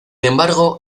embargo